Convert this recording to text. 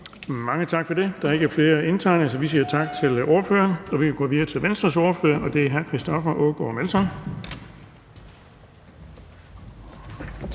Mange tak for det. Der er ikke flere indtegnet, så vi siger tak til ordføreren. Vi kan gå videre til Venstres ordfører, hr. Christoffer Aagaard Melson.